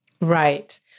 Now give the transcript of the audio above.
Right